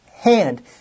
hand